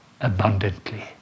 abundantly